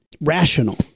rational